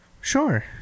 Sure